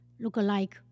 lookalike